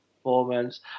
performance